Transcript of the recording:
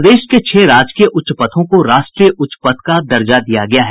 प्रदेश के छह राजकीय उच्च पथों को राष्ट्रीय उच्च पथ का दर्जा दिया गया है